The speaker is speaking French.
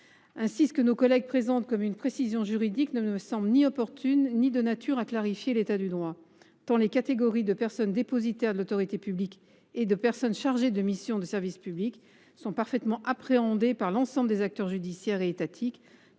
dispositif que nos collègues présentent comme une précision juridique ne me semble ni opportun ni de nature à clarifier l’état du droit, tant les catégories de personnes dépositaires de l’autorité publique et de personnes chargées d’une mission de service public sont parfaitement appréhendées par l’ensemble des acteurs judiciaires et étatiques